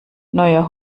neuer